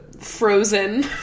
frozen